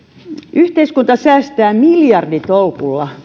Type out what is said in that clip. yhteiskunta säästää miljarditolkulla